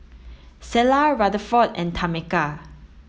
Selah Rutherford and Tameka